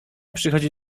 przychodzi